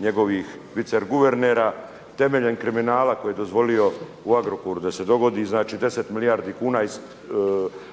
njegovih vice guvernera temeljem kriminala koji je dozvolio u Agrokoru da se dogodi. Znači, 10 milijardi kuna